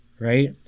right